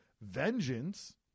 Vengeance